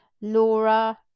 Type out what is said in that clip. Laura